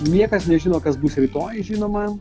niekas nežino kas bus rytoj žinoma